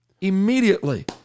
immediately